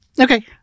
okay